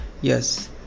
yes